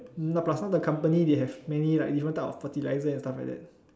no plus one the company they have many like different type of fertiliser and stuff like that